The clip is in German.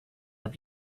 habe